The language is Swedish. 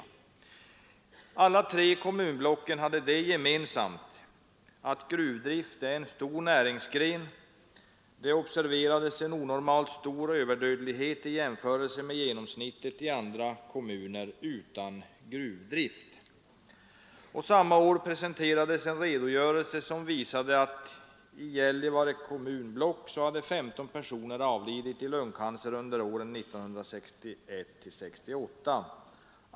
I alla tre kommunblocken, som har det gemensamt att gruvdrift är en stor näringsgren, observerades en onormalt stor överdödlighet i jämförelse med genomsnittet i andra kommuner utan gruvdrift. Samma år presenterades en redogörelse, som visade att i Gällivare kommunblock hade 15 personer avlidit i lungcancer under åren 1961—1968.